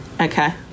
Okay